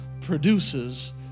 produces